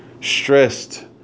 Stressed